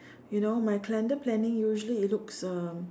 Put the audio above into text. you know my calendar planning usually it looks um